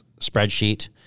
spreadsheet